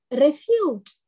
refute